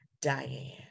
diane